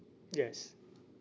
yes